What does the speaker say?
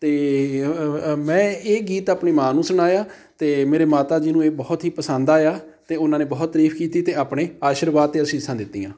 ਅਤੇ ਮੈਂ ਇਹ ਗੀਤ ਆਪਣੀ ਮਾਂ ਨੂੰ ਸੁਣਾਇਆ ਅਤੇ ਮੇਰੇ ਮਾਤਾ ਜੀ ਨੂੰ ਇਹ ਬਹੁਤ ਹੀ ਪਸੰਦ ਆਇਆ ਅਤੇ ਉਹਨਾਂ ਨੇ ਬਹੁਤ ਤਾਰੀਫ ਕੀਤੀ ਅਤੇ ਆਪਣੇ ਆਸ਼ੀਰਵਾਦ ਅਤੇ ਅਸੀਸਾਂ ਦਿੱਤੀਆਂ